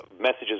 messages